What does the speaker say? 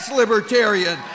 libertarian